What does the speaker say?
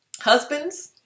Husbands